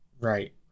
right